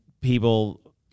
people